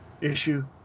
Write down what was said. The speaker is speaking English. issue